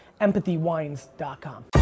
empathywines.com